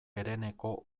hereneko